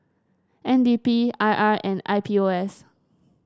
N D P I R and I P O S